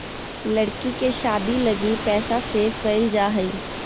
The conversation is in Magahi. लड़की के शादी लगी पैसा सेव क़इल जा हइ